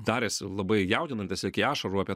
darėsi labai jaudinantis iki ašarų apie